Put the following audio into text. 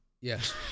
yes